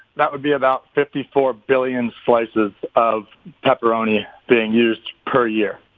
that would be about fifty four billion slices of pepperoni being used per year.